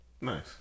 Nice